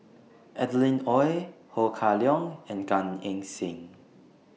Adeline Ooi Ho Kah Leong and Gan Eng Seng